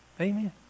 Amen